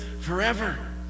forever